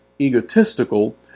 egotistical